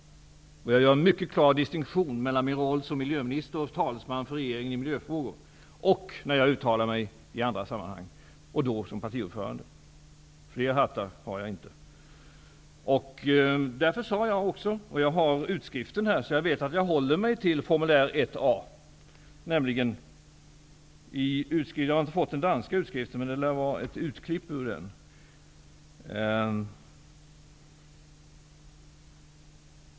Jag gör en mycket klar distinktion mellan min roll som miljöminister och talesman för regeringen i miljöfrågor och när jag uttalar mig i andra sammanhang som partiordförande. Fler hattar har jag inte. Jag har utskriften här, och därför vet jag att jag håller mig till formulär 1 A. Jag har inte fått den danska utskriften, men det lär vara ett utklipp ur den.